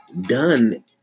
done